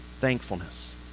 thankfulness